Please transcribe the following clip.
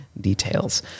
details